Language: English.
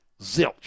Zilch